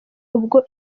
ubwo